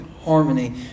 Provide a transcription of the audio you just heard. harmony